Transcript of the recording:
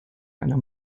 einer